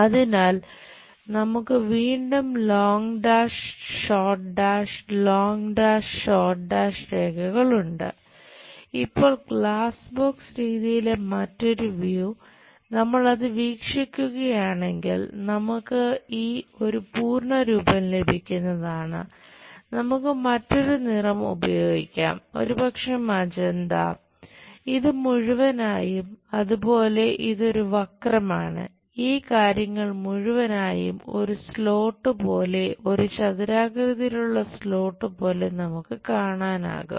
അതിനാൽ നമുക്ക് വീണ്ടും ലോംഗ് ഡാഷ് പോലെ നമുക്ക് കാണാനാകും